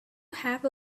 have